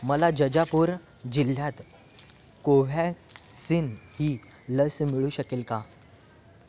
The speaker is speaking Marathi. मला जजापूर जिल्ह्यात कोव्हॅक्सिन ही लस मिळू शकेल का